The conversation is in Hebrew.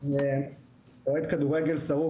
אוהד כדורגל שרוף,